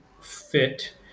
fit